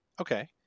Okay